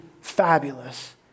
fabulous